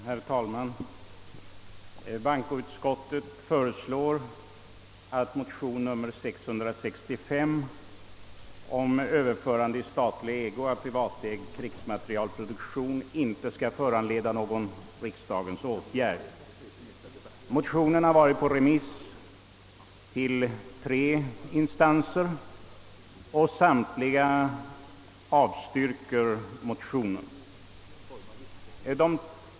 Herr talman! Bankoutskottet föreslår att motion nummer II: 665 om överförande i statlig ägo av privatägd krigsmaterielproduktion inte skall föranleda någon riksdagens åtgärd. Motionen har varit på remiss till tre instanser och samtliga avstyrker densamma.